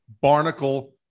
Barnacle